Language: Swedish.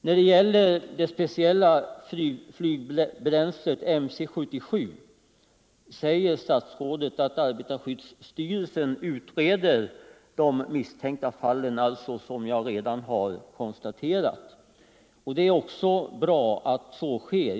När det gäller det speciella flygbränslet, MC 77, säger statsrådet att arbetarskyddsstyrelsen utreder de misstänkta fallen, vilket jag redan konstaterat. Det är bra att så sker.